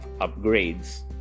upgrades